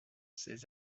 ses